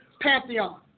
pantheon